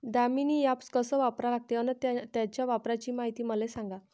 Damini app कस वापरा लागते? अन त्याच्या वापराची मायती मले सांगा